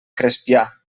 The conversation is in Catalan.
crespià